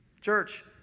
Church